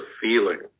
feeling